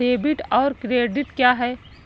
Debit और credit क्या है?